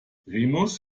remus